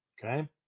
okay